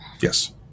Yes